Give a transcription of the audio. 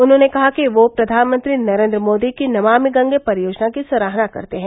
उन्होंने कहा कि वह प्रधानमंत्री नरेंद्र मोदी की नमामि गंगे परियोजना की सराहना करते हैं